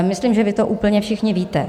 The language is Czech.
Myslím, že vy to úplně všichni víte.